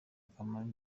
akamaro